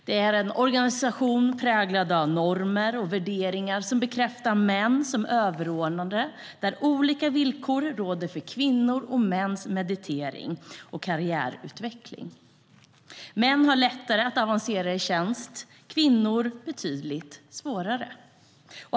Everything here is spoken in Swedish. Det är en organisation präglad av normer och värderingar som bekräftar män som överordnade och där olika villkor råder för kvinnors och mäns meritering och karriärutveckling. Män har lättare att avancera i tjänst, kvinnor betydligt svårare.